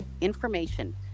information